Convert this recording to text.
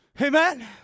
Amen